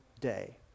day